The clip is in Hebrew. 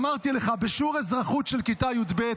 אמרתי לך שבשיעור אזרחות של כיתה י"ב,